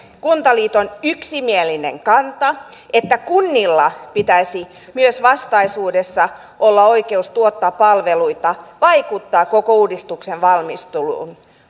kuntaliiton yksimielinen kanta että kunnilla pitäisi myös vastaisuudessa olla oikeus tuottaa palveluita vaikuttaa koko uudistuksen valmisteluun